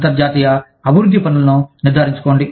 అంతర్జాతీయ అభివృద్ధి పనులను నిర్ధారించుకోండి